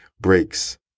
breaks